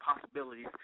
possibilities